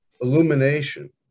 illumination